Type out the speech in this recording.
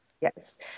Yes